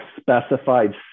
specified